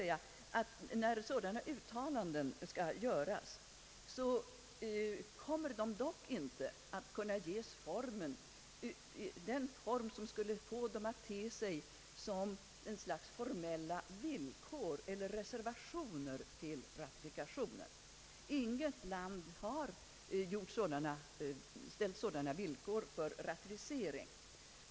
När sådana uttalanden skall göras kommer de dock inte att kunna ges en form som skulle få dem att te sig som ett slags formella villkor eller reservationer till ratifikationen. Inget land har ställt sådana villkor för ratificering.